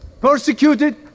persecuted